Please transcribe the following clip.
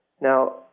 Now